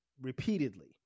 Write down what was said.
repeatedly